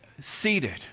seated